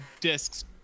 discs